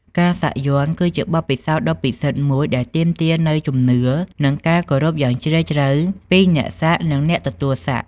ការសាក់យ័ន្តគឺជាបទពិសោធន៍ដ៏ពិសិដ្ឋមួយដែលទាមទារនូវជំនឿនិងការគោរពយ៉ាងជ្រាលជ្រៅពីអ្នកសាក់និងអ្នកទទួលសាក់។